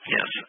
Yes